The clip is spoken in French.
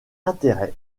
intérêt